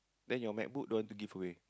then your MacBook don't want to give away